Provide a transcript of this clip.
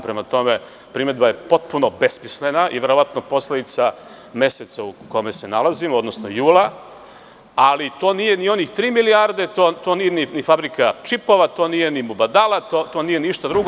Prema tome, primedba je potpuno besmislena i verovatno je posledica meseca u kome se nalazimo, odnosno jula, ali to nije ni onih tri milijarde, to nije ni fabrika čipova, to nije ni „Mubadala“, to nije ništa drugo.